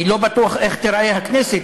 אני לא בטוח איך תיראה הכנסת,